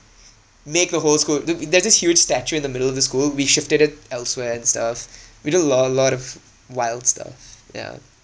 make the whole school there's this huge statue in the middle of the school we shifted it elsewhere and stuff we did a lot a lot of wild stuff yeah